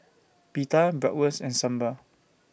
Pita Bratwurst and Sambar